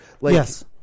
Yes